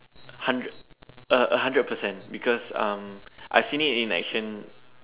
hundred a a hundred percent because um I've seen it in action